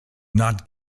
not